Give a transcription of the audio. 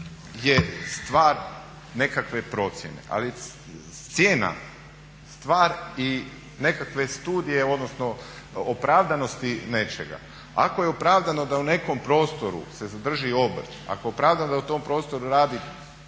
je stvar nekakve procjene, ali cijena stvar i nekakve studije odnosno opravdanosti nečega. Ako je opravdano da se u nekom prostoru zadrži obrt, ako je opravdano da u tom prostoru radi